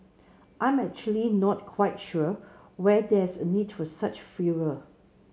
I'm actually not quite sure why there's a need for such furor